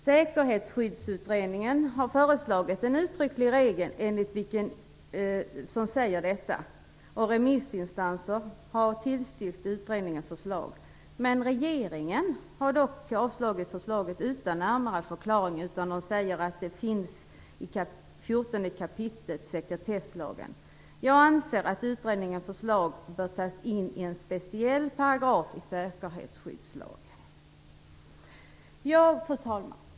Säkerhetsskyddsutredningen har föreslagit en uttrycklig regel som säger just detta, och remissinstanser har också tillstyrkt utredningens förslag. Regeringen har dock avslagit förslaget utan närmare förklaring. Man säger att det här finns i 14 kap. sekretesslagen. Jag anser att utredningens förslag bör tas in i en speciell paragraf i säkerhetsskyddslagen. Fru talman!